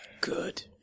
Good